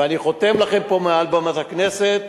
ואני חותם לכם פה מעל במת הכנסת,